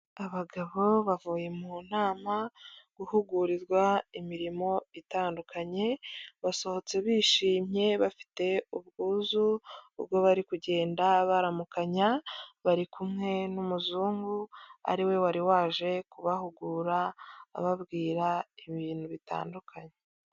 Abagabo bavuye mu nama guhugurirwa imirimo itandukanye basohotse bishimye bafite ubwuzu ubwo bari kugenda baramukanya bari kumwe n'umuzungu ariwe wari waje kubahugura ababwira ibintu bitandukanye.